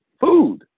food